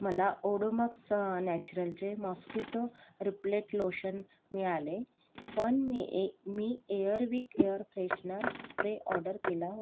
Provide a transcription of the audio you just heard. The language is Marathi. मला ओडोमॉक्स नॅचरलचे मॉस्किटो रिपलेट लोशन मिळाले पण मी ए मी Air Wick air freshener spray order केला होता